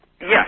yes